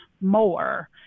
more